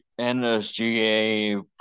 NSGA